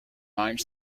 mine